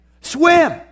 Swim